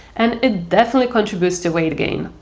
and it definitely contributes to weight gain.